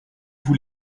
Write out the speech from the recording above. vous